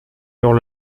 eurent